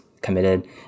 committed